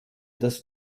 das